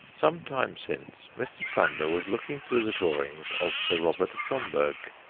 some time since, mr. sander was looking through the drawings of sir robert schomburgk,